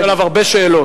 יש עליו הרבה שאלות.